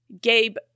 Gabe